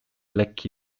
lekki